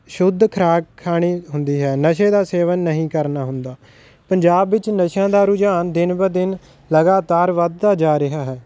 ਸ਼ੁੱਧ ਖੁਰਾਕ ਖਾਣੇ ਹੁੰਦੇ ਹੈ ਨਸ਼ੇ ਦਾ ਸੇਵਨ ਨਹੀਂ ਕਰਨਾ ਹੁੰਦਾ ਪੰਜਾਬ ਵਿੱਚ ਨਸ਼ਿਆਂ ਦਾ ਰੁਝਾਨ ਦਿਨ ਬ ਦਿਨ ਲਗਾਤਾਰ ਵੱਧਦਾ ਜਾ ਰਿਹਾ ਹੈ